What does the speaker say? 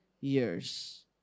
years